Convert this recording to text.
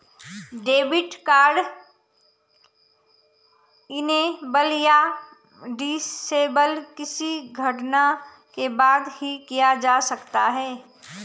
debit card enable या disable किसी घटना के बाद ही किया जा सकता है